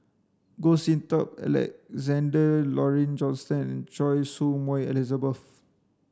Goh Sin Tub Alexander Laurie Johnston and Choy Su Moi Elizabeth